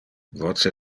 voce